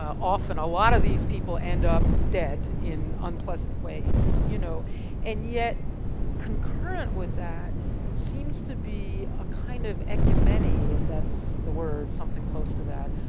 often a lot of these people end up dead in unpleasant ways, you know and yet concurrent with that seems to be a kind of ecumeny if that's the word, something close to that,